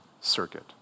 circuit